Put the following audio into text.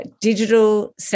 digital